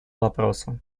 вопросу